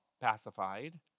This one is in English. pacified